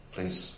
Please